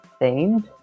themed